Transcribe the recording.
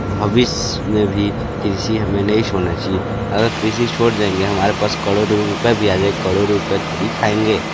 भविष्य में भी कृषि हमें नहीं छोड़ना चाहिए अगर कृषि छोड़ देंगे हमारे पास करोड़ों रुपए भी आ जाए करोड़ों रुपए थोड़ी खाएंगे